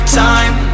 time